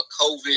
COVID